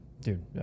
Dude